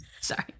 sorry